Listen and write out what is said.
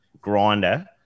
grinder